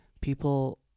people